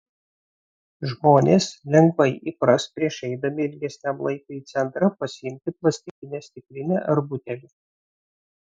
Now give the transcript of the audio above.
žmonės lengvai įpras prieš eidami ilgesniam laikui į centrą pasiimti plastikinę stiklinę ar butelį